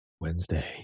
Wednesday